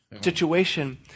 Situation